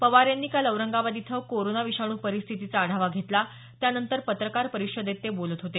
पवार यांनी काल औरंगाबाद इथं कोरोना विषाणू परिस्थितीचा आढावा घेतला त्यानंतर पत्रकार परिषदेत ते बोलत होते